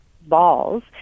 balls